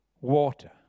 water